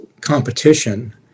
competition